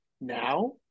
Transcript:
now